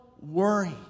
worry